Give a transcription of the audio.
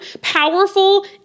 powerful